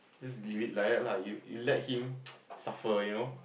just leave it like that lah you you let him suffer you know